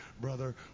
brother